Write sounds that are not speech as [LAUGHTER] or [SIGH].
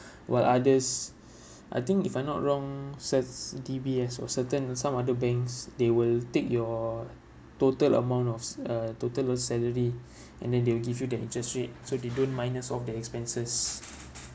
while others [BREATH] I think if I'm not wrong cer~ D_B_S or certain some other banks they will take your total amount of uh total of salary [BREATH] and then they will give you the interest rate so they don't minus of the expenses